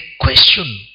question